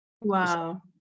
Wow